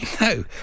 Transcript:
No